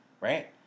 right